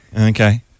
Okay